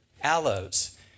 aloes